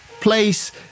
place